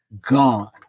Gone